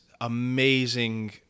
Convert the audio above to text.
amazing